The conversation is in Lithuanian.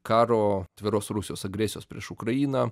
karo atviros rusijos agresijos prieš ukrainą